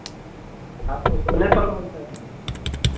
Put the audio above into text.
आपको सोने पर लोन चाहिए